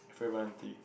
your favourite aunty